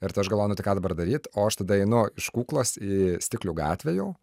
ir tai aš galvoju tai ką dabar daryt o aš tada einu iš kuklos į stiklių gatvę jau